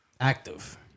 Active